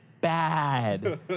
bad